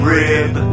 rib